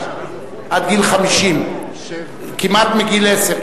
עד גיל 50. כמעט מגיל עשר,